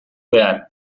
behar